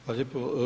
Hvala lijepo.